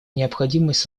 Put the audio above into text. необходимость